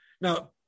Now